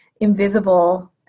invisible